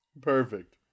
Perfect